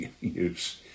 use